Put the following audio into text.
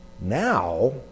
Now